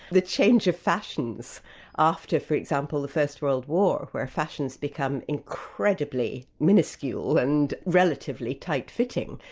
the change of fashions after for example, the first world war, where fashions become incredibly miniscule and relatively tight fitting,